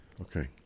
Okay